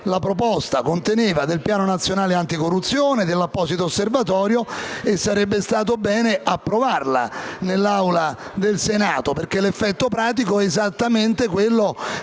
la proposta di istituire il Piano nazionale anticorruzione ed un apposito Osservatorio che sarebbe stato bene approvare nell'Aula del Senato, dato che l'effetto pratico è esattamente quello che